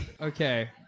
Okay